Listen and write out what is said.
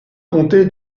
comté